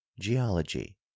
Geology